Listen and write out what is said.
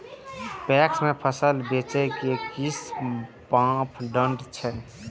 PACS में फसल बेचे के कि मापदंड छै?